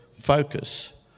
focus